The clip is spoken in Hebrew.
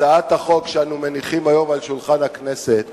הצעת החוק שאנחנו מניחים היום על שולחן הכנסת